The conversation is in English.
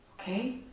Okay